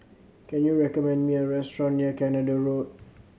can you recommend me a restaurant near Canada Road